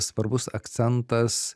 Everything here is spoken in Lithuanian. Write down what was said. svarbus akcentas